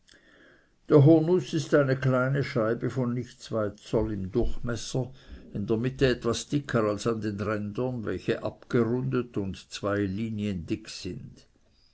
der hurnuß ist eine kleine scheibe von nicht zwei zoll im durchmesser in der mitte etwas dicker als an den rändern welche abgerundet und zwei linien dick sind